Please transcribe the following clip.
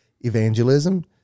evangelism